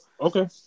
Okay